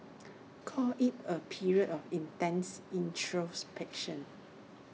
call IT A period of intense introspection